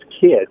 kids